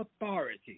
authority